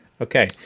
Okay